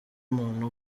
muntu